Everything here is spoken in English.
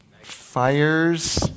fires